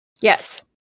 Yes